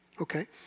okay